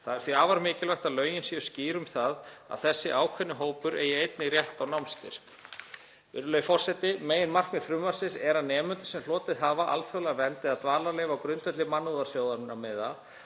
Það er því afar mikilvægt að lögin séu skýr um það að þessi ákveðni hópur eigi einnig rétt á námsstyrk. Virðulegi forseti. Meginmarkmið frumvarpsins er að nemendur sem hlotið hafa alþjóðlega vernd eða dvalarleyfi á grundvelli mannúðarsjónarmiða